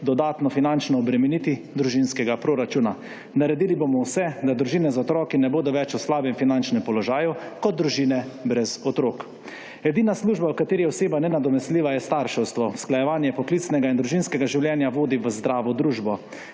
dodatno finančno obremeniti družinskega proračuna. Naredili bomo vse, da družine z otroki ne bodo več v slabem finančnem položaju, kot družine brez otrok. Edina služba, v kateri je oseba nenadomestljiva, je starševstvo. Usklajevanje poklicnega in družinskega življenja vodi v zdravo družbo.